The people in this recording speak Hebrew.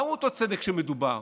מהו אותו צדק שבו מדובר?